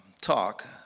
talk